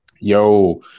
Yo